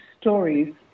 stories